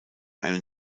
einen